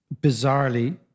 bizarrely